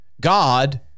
God